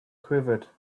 quivered